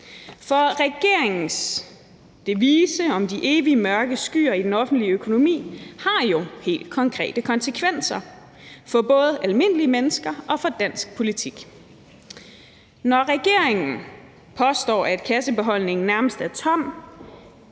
for regeringens devise om de evige mørke skyer i den offentlige økonomi har jo helt konkrete konsekvenser for både almindelige mennesker og for dansk politik. Når regeringen påstår, at kassebeholdningen nærmest er tom,